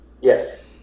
Yes